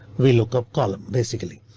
we look up column basically.